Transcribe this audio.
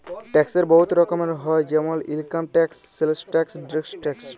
ট্যাক্সের বহুত রকম হ্যয় যেমল income tax, sales tax, direct tax